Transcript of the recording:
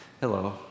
Hello